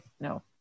no